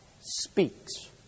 speaks